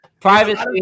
Privacy